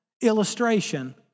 illustration